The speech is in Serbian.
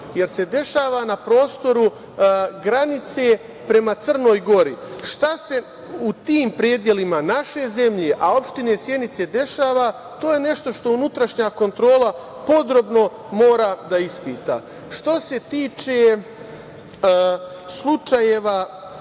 jer se dešava na prostoru granice prema Crnoj Gori. Šta se u tim predelima naše zemlje, a opštine Sjenice dešava? To je nešto što unutrašnja kontrola podrobno mora da ispita. Što se tiče slučajeva